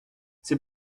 c’est